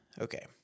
okay